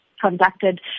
conducted